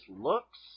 looks